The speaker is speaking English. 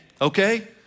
okay